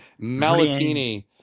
Malatini